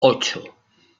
ocho